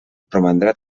romandrà